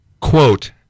quote